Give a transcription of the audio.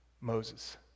Moses